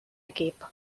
equip